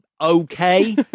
Okay